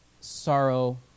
Sorrow